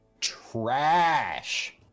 Trash